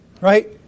right